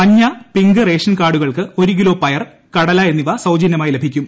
മഞ്ഞ pink ration കാർഡുകൾക്ക് ഒരു കിലോ പയർ കടല എന്നിവ സൌജനൃമായി ലഭിക്കും